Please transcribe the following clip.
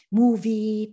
movie